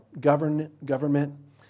government